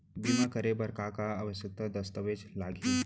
बीमा करे बर का का आवश्यक दस्तावेज लागही